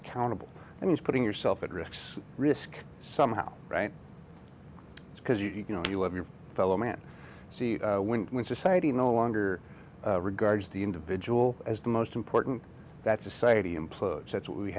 accountable and he's putting yourself at risks risk somehow right because you know you love your fellow man so when society no longer regards the individual as the most important that society